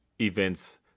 events